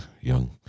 young